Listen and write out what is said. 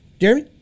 Jeremy